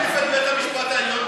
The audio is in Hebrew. אולי תחליף גם את בית המשפט העליון?